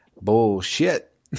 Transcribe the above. bullshit